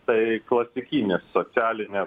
tai klasikinis socialinė